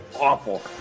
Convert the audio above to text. awful